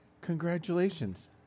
Congratulations